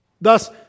Thus